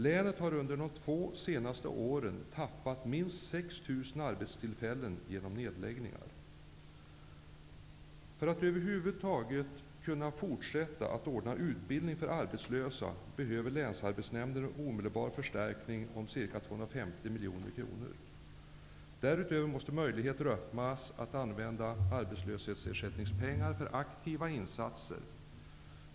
Länet har under de två senaste åren tappat minst För att över huvud taget kunna fortsätta att ordna utbildning för arbetslösa behöver 250 miljoner kronor. Därutöver måste möjligheter öppnas att använda arbetslöshetsersättningspengar för aktiva insatser.